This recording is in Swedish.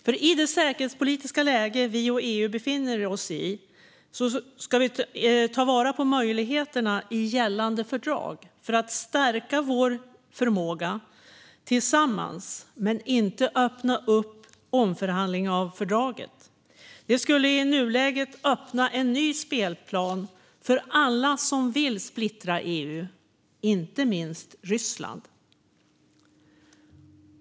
Men i det säkerhetspolitiska läge som vi och EU befinner oss i ska vi ta vara på möjligheterna i gällande fördrag för att stärka vår förmåga tillsammans men inte öppna upp för omförhandling av fördraget. Det skulle i nuläget öppna en ny spelplan för alla som vill splittra EU, inte minst Ryssland.